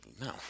No